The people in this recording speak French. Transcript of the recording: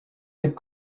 les